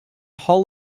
hall